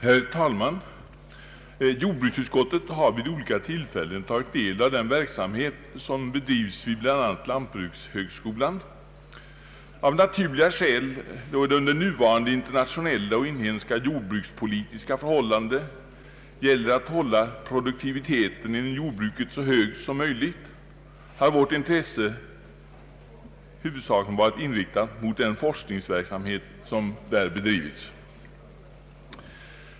Herr talman! Jordbruksutskottet har vid olika tillfällen tagit del av den verksamhet som bedrives vid bl.a. Lantbrukshögskolan. Av naturliga skäl, då det under nuvarande internationella och inhemska jordbrukspolitiska förhållanden gäller att hålla produktiviteten inom jordbruket så hög som möjligt, har vårt intresse huvudsakligen varit inriktat mot den forskningsverksamhet som där bedrivits.